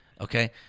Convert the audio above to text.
Okay